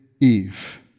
Eve